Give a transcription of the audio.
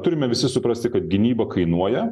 turime visi suprasti kad gynyba kainuoja